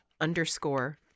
underscore